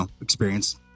experience